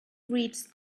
breeds